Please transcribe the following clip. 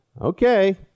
okay